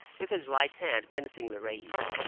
with his right hand menacingly raised.